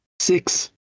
Six